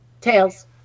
tails